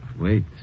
Wait